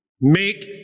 make